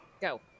go